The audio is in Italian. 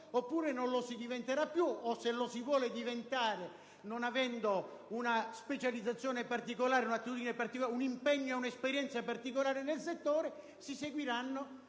oppure non lo si diventerà più; oppure, se lo si vuole diventare, non avendo una specializzazione particolare, un'attitudine, un impegno e un'esperienza particolari nel settore, si seguiranno